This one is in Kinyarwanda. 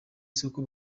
soko